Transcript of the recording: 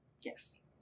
Yes